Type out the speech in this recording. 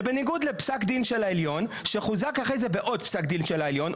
זה בניגוד לפסק דין של העליון שחוזק אחרי זה בעוד פסק דין של העליון.